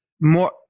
more